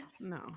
no